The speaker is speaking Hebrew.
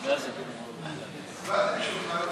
מי שישמע את